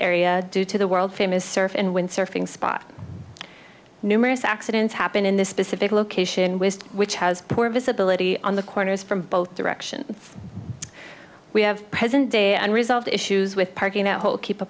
area due to the world famous surf and windsurfing spot numerous accidents happen in this specific location whist which has poor visibility on the corners from both directions we have present day and resolved issues with parking at whole keep a